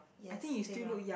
yes playground